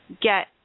get